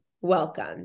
welcome